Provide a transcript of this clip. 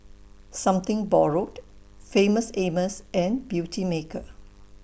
Something Borrowed Famous Amos and Beautymaker